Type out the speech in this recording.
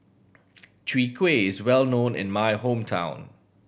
Chwee Kueh is well known in my hometown